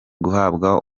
guhabwa